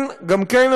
גם כאן,